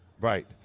Right